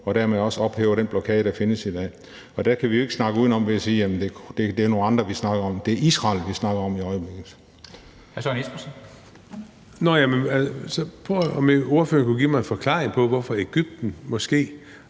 og dermed også ophæver den blokade, der findes i dag. Det kan vi jo ikke snakke uden om ved at sige, at det er nogle andre, vi snakker om. Det er Israel, vi snakker om i øjeblikket.